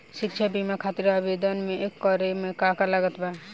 शिक्षा बीमा खातिर आवेदन करे म का का लागत बा?